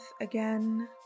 again